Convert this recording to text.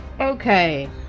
Okay